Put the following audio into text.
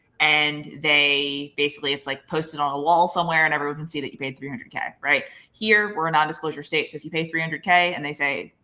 and they basically it's like posted on a wall somewhere and everyone can see that you paid three hundred k. here we're a non-disclosure state. so if you pay three hundred k and they say,